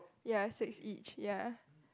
ya six each ya